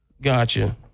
Gotcha